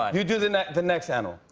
you do the next the next animal.